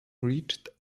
reached